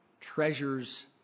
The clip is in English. treasures